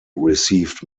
received